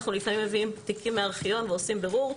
אנחנו לפעמים מביאים תיקים מארכיון ועושים בירור.